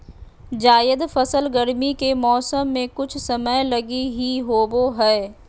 जायद फसल गरमी के मौसम मे कुछ समय लगी ही होवो हय